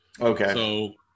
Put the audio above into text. Okay